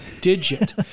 digit